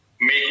make